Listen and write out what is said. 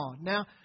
Now